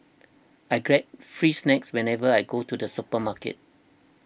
I get free snacks whenever I go to the supermarket